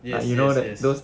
yes yes yes